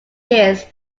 years